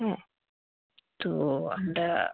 হ্যাঁ তো আমরা